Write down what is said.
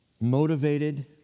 motivated